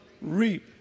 reap